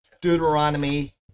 Deuteronomy